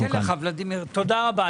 תודה רבה.